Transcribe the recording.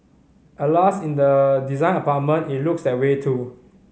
Alas in the design apartment it looks that way too